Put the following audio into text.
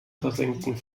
versenken